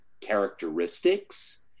characteristics